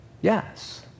yes